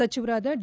ಸಚಿವರಾದ ಡಿ